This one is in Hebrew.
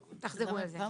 תחזרו עם זה.